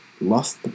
lost